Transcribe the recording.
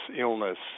illness